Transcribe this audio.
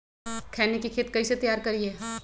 खैनी के खेत कइसे तैयार करिए?